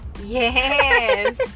Yes